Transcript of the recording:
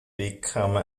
become